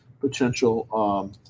potential